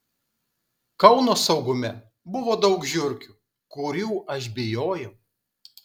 kauno saugume buvo daug žiurkių kurių aš bijojau